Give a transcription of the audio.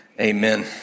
Amen